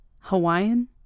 Hawaiian